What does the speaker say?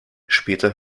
später